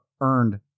earned